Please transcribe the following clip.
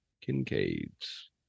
Kincaid's